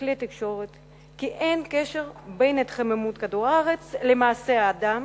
בכלי התקשורת כי אין קשר בין התחממות כדור-הארץ למעשי האדם